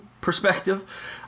perspective